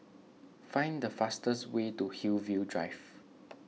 find the fastest way to Hillview Drive